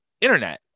internet